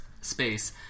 space